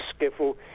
skiffle